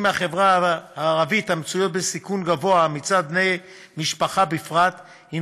מהחברה הערבית המצויות בסיכון גבוה מצד בני משפחה בפרט הם